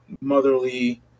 motherly